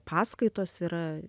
paskaitos yra